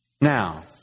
Now